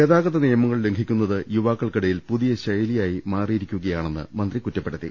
ഗതാ ഗത നിയമങ്ങൾ ലംഘിക്കുന്നത് യുവാക്കൾക്കിടയിൽ പുതിയ ശൈലിയായി മാറിയിരിക്കുകയാണെന്ന് മന്ത്രി കുറ്റപ്പെടുത്തി